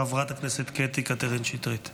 חברת הכנסת קטי קטרין שטרית.